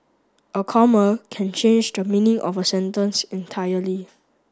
a comma can change the meaning of a sentence entirely